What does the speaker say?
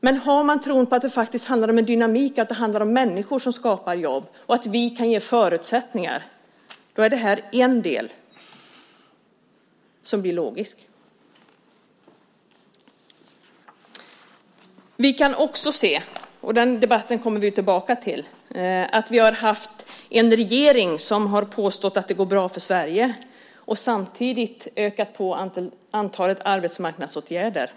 Men har man tron på att det handlar om en dynamik och att det handlar om människor som skapar jobb och om att vi kan ge förutsättningar, blir det här en logisk del. Vi kan också se - den debatten kommer vi tillbaka till - att vi har haft en regering som har påstått att det går bra för Sverige och som samtidigt utökat antalet arbetsmarknadsåtgärder.